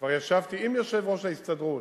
כבר ישבתי עם יושב-ראש ההסתדרות,